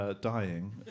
Dying